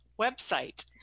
website